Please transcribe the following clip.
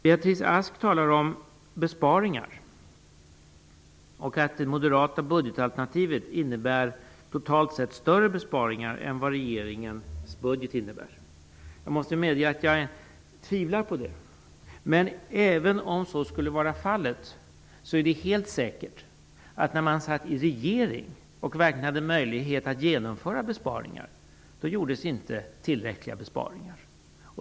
Beatrice Ask talade om besparingar. Hon sade att det moderata budgetalternativet totalt sett innebär större besparingar än vad regeringens budget innebär. Jag måste medge att jag tvivlar på det. Men även om så skulle vara fallet är det helt säkert att när man var i regeringsställning och verkligen hade möjlighet att genomföra besparingar gjordes det inte några tillräckliga besparingar.